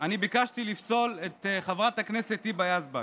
ביקשתי לפסול את חברת הכנסת היבה יזבק.